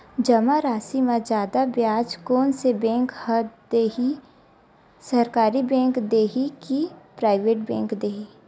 जमा राशि म जादा ब्याज कोन से बैंक ह दे ही, सरकारी बैंक दे हि कि प्राइवेट बैंक देहि?